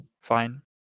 fine